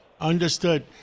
Understood